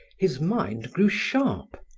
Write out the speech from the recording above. his mind grew sharp,